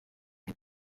ein